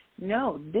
No